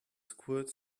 squirt